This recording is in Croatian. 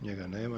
Njega nema.